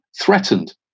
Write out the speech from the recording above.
threatened